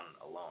alone